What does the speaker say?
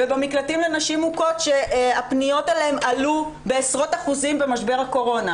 במקלטים לנשים מוכות שהפניות אליהם עלו בעשרות אחוזים במשבר הקורונה,